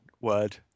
word